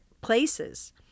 places